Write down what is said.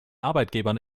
arbeitgebern